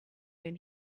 and